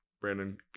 Brandon